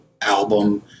album